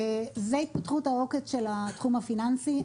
זה התפתחות העוקץ של התחום הפיננסי.